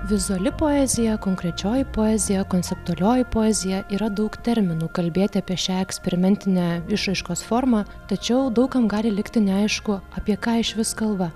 vizuali poezija konkrečioji poezija konceptualioji poezija yra daug terminu kalbėti apie šią eksperimentinę išraiškos formą tačiau daug kam gali likti neaišku apie ką išvis kalba